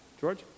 George